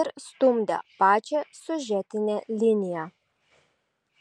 ir stumdė pačią siužetinę liniją